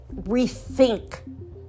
rethink